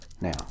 now